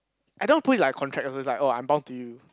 I don't put it like a contract also is like oh I'm bound to you